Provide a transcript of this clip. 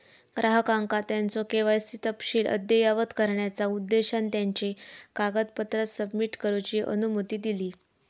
ग्राहकांका त्यांचो के.वाय.सी तपशील अद्ययावत करण्याचा उद्देशान त्यांची कागदपत्रा सबमिट करूची अनुमती दिली